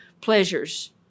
pleasures